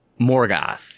Morgoth